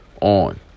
on